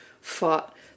fought